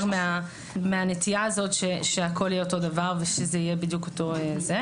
מהנטייה הזאת שהכול יהיה בדיוק אותו הדבר.